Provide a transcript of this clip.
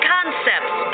Concepts